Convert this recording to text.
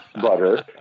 butter